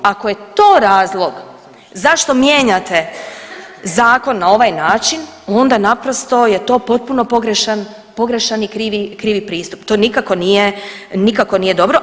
Ako je to razlog zašto mijenjate zakon na ovaj način onda naprosto je to potpuno pogrešan i krivi pristup, to nikako nije dobro.